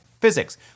physics